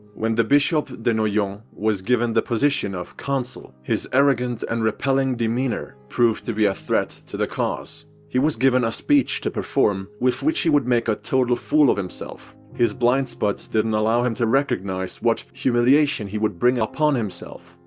when the bishop the noyons was given the position of counsel his arrogant and repelling demeanor proved to be a threat to the cause. he was given a speech to perform, with which he would make a total fool of himself. his blindspots didn't allow him to recognize what humiliation he would bring over himself.